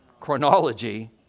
chronology